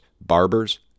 barbers